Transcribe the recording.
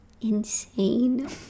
insane